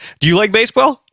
do you like baseball?